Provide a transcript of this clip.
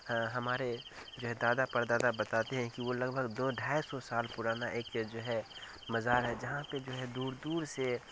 ہمارے جو ہے دادا پردادا بتاتے ہیں کہ وہ لگ بھگ دو ڈھائی سو سال پرانا ایک جو ہے مزار ہے جہاں پہ جو ہے دور دور سے